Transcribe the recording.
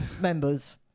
members